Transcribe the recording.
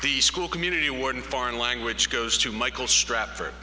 the school community award foreign language goes to michael strapped for